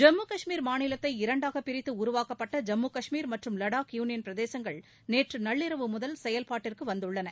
ஜம்மு கஷ்மீர் மாநிலத்தை இரண்டாக பிரித்து உருவாக்கப்பட்ட ஜம்மு கஷ்மீர் மற்றும் லடாக் யூனியன் பிரதேசங்கள் நேற்று நள்ளிரவு முதல் செயல்பாட்டுக்கு வந்துள்ளன